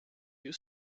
you